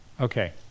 Okay